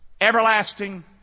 everlasting